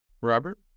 Robert